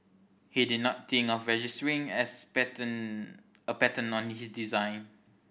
he did not think of registering as patent a patent on his design